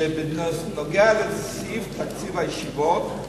שבנוגע לסעיף תקציב הישיבות,